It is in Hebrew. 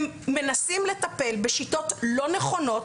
הם מנסים לטפל בשיטות לא נכונות,